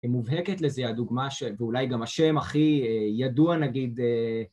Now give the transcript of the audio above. מובהקת לזה הדוגמה ואולי גם השם הכי ידוע נגיד